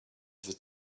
that